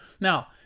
now